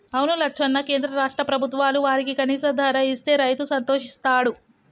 అవును లచ్చన్న కేంద్ర రాష్ట్ర ప్రభుత్వాలు వారికి కనీస ధర ఇస్తే రైతు సంతోషిస్తాడు